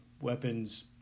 weapons